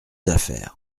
affaires